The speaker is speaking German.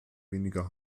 weniger